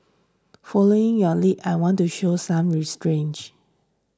following your lead I want to show some re strange